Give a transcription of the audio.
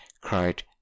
cried